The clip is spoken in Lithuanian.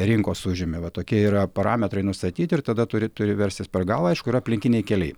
rinkos užimi va tokie yra parametrai nustatyti ir tada turi turi verstis per galvą aišku yra aplinkiniai keliai